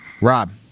Rob